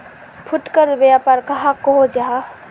फुटकर व्यापार कहाक को जाहा?